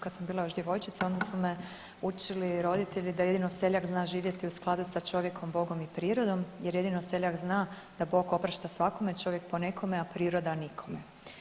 Kad sam bila još djevojčica, onda su me učili roditelji da jedino seljak zna živjeti u skladu sa čovjekom, Bogom i prirodom jer jedino seljak zna da Bog oprašta svakome, čovjek ponekome, a priroda nikome.